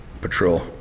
patrol